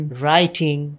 writing